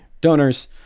donors